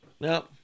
No